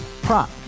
Prop